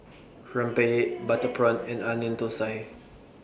Rempeyek Butter Prawn and Onion Thosai